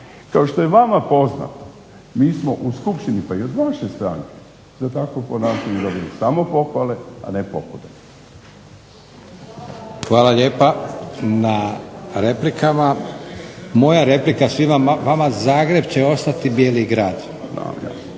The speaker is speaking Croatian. Kao što je vama poznato mi smo u skupštini pa i od vaše stranke za vaše ponašanje dobili samo pohvale a ne pokude. **Leko, Josip (SDP)** Hvala lijepa na replikama. Moja replika svima vama Zagreb će ostati bijeli grad i